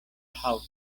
haŭto